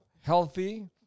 healthy